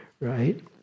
right